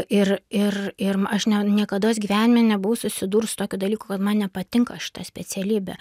ir ir ir aš niekados gyvenime nebuvau susidurus su tokiu dalyku kad man nepatinka šita specialybė